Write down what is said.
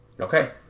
Okay